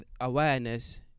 awareness